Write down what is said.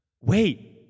Wait